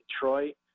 Detroit